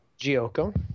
Gioco